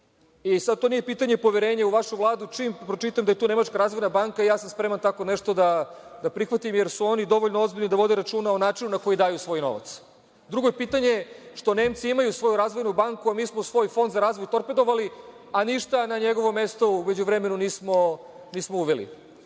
Sada to nije pitanje poverenja u vašu vladu, čim pročitam da je to Nemačka razvojna banka, ja sam spreman tako nešto da prihvatim, jer su oni dovoljno ozbiljni da vode računa o načinu na koji daju svoj novac. Drugo je pitanje što Nemci imaju svoju razvojnu banku, a mi smo svoj fond za razvoj torpedovali, a ništa na njegovo mesto u međuvremenu nismo uveli. Dakle,